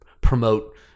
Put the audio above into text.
promote